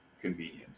convenient